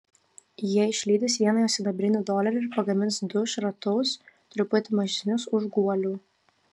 jie išlydys vieną jo sidabrinį dolerį ir pagamins du šratus truputį mažesnius už guolių